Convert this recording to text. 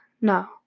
no